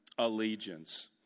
allegiance